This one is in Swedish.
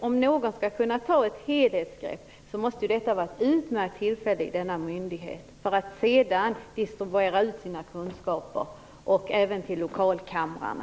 Om någon skall kunna ta ett helhetsgrepp måste denna myndighet ha ett utmärkt tillfälle för att sedan distribuera sina kunskaper även till lokalkamrarna.